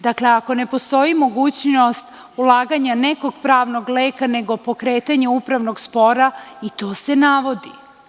Dakle, ako ne postoji mogućnost ulaganja nekog pravnog leka, nego pokretanja upravnog spora, i to se navodi.